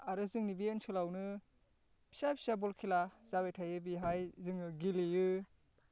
आरो जोंनि बे ओनसोलावनो फिसा फिसा बल खेला जाबाय थायो बेवहाय जोङो गेलेयो